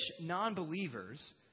non-believers